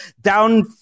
down